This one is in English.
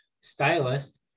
stylist